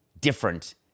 different